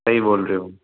सही बोल रहे हो